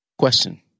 question